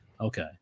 okay